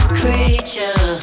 creature